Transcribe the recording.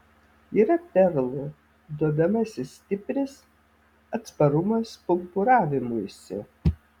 yra perlų duobiamasis stipris atsparumas pumpuravimuisi